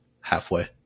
halfway